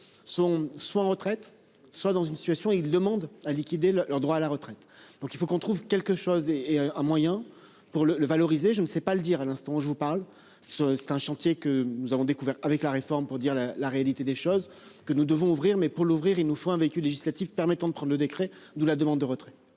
sont soit en retraite soit dans une situation, il demande à liquider leurs droits à la retraite, donc il faut qu'on trouve quelque chose et et un moyen pour le le valoriser. Je ne sais pas le dire à l'instant où je vous parle ce c'est un chantier que nous avons découvert avec la réforme pour dire la la réalité des choses que nous devons ouvrir mais pour l'ouvrir. Il nous faut un véhicule législatif permettant de prendre le décret d'où la demande de retrait.